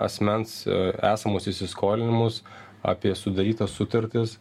asmens esamus įsiskolinimus apie sudarytas sutartis